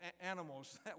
animals